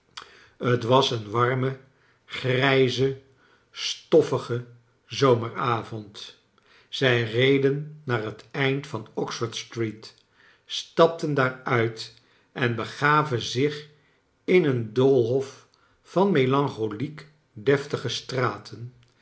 t was een warme grijze stoffige zomeravond zij reden naa r het eind van oxford street stapten daar uit en begaven zich in een doolhof van melancholiek deftige straten